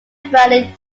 value